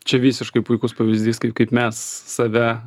čia visiškai puikus pavyzdys kaip kaip mes save